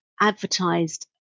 advertised